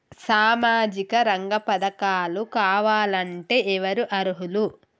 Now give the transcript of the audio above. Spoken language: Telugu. సామాజిక రంగ పథకాలు కావాలంటే ఎవరు అర్హులు?